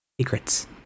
secrets